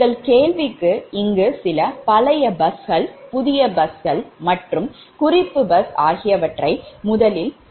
உங்கள் கேள்விக்கு இங்கு சில பழைய busகள் புதிய busகள் மற்றும் குறிப்பு பஸ் ஆகியவற்றை முதலில் சொல்ல வேண்டும்